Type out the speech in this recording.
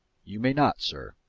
you may not, sir.